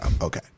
Okay